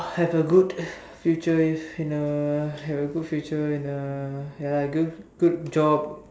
have a good future in a have a good future in a ya lah good good job